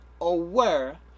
aware